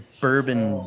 Bourbon